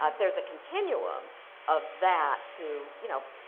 ah there's a continuum of that to, you know,